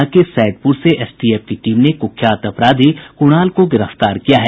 पटना के सैदपुर से एसटीएफ की टीम ने कुख्यात अपराधी कुणाल को गिरफ्तार किया है